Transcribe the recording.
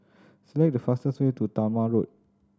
select the fastest way to Talma Road